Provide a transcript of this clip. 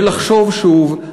ולחשוב שוב,